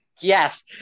Yes